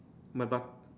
my button